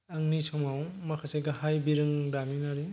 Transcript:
आंनि समाव माखासे गाहाय बिरोंदामिनारि